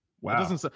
Wow